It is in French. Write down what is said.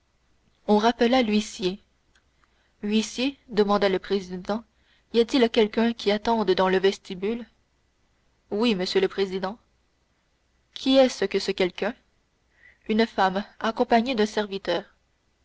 on rappela l'huissier huissier demanda le président y a-t-il quelqu'un qui attende dans le vestibule oui monsieur le président qui est-ce que ce quelqu'un une femme accompagnée d'un serviteur